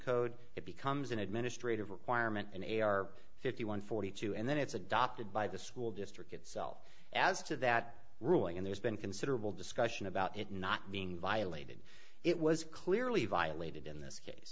code it becomes an administrative requirement and a r fifty one forty two and then it's adopted by the school district itself as to that ruling and there's been considerable discussion about it not being violated it was clearly violated in this